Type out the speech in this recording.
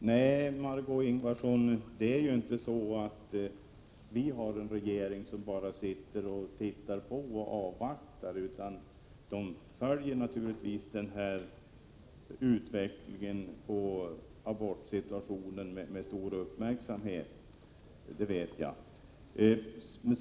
Fru talman! Nej, det är inte så, Margöé Ingvardsson, att vi har en regering som bara sitter och tittar på och avvaktar. Regeringen följer naturligtvis utvecklingen av abortsituationen med stor uppmärksamhet. Det vet jag.